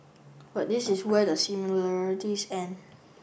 but this is where the similarities end